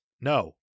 No